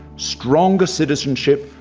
stronger citizenship,